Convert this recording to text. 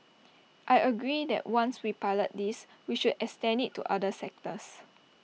I agree that once we pilot this we should extend IT to other sectors